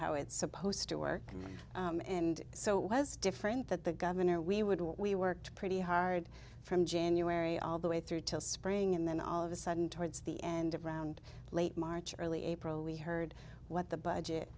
how it's supposed to work and so it was different that the governor we would what we worked pretty hard from january all the way through till spring and then all of a sudden towards the end of around late march early april we heard what the budget